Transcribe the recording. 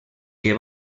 que